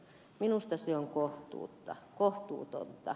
minusta se on kohtuutonta